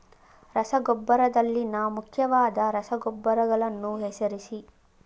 ರಸಗೊಬ್ಬರದಲ್ಲಿನ ಮುಖ್ಯವಾದ ರಸಗೊಬ್ಬರಗಳನ್ನು ಹೆಸರಿಸಿ?